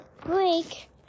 break